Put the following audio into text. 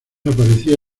aparecía